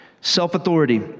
self-authority